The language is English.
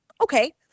Okay